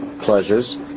pleasures